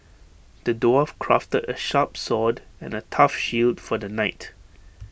the dwarf crafted A sharp sword and A tough shield for the knight